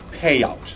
payout